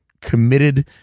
committed